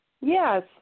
Yes